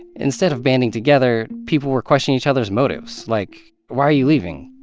instead of banding together, people were questioning each other's motives. like, why are you leaving?